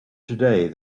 today